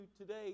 today